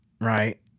right